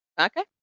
Okay